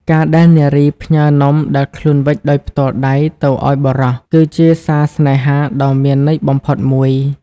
ការដែលនារីផ្ញើនំដែលខ្លួនវេចដោយផ្ទាល់ដៃទៅឱ្យបុរស គឺជាសារស្នេហាដ៏មានន័យបំផុតមួយ។